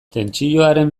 tentsioaren